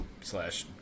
slash